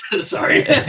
Sorry